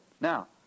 now